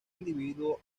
individuo